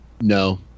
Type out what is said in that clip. No